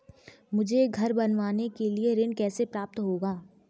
मुझे घर बनवाने के लिए ऋण कैसे प्राप्त होगा?